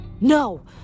No